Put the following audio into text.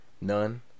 None